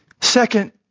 Second